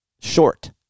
short